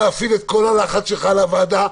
להפעיל את כל הלחץ שלך על הוועדה,